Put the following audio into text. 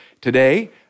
today